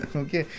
okay